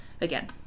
Again